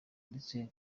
ndetse